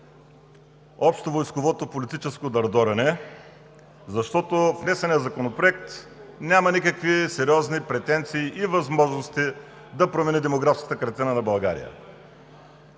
общовойсковото политическо дърдорене, защото внесеният законопроект няма никакви сериозни претенции и възможности да промени демографската картина на България.